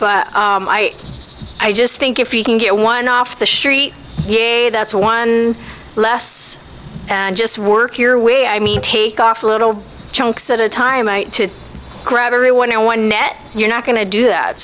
but i just think if you can get one off the sheet yea that's one less and just work your way i mean take off little chunks at a time to grab everyone and one net you're not going to do that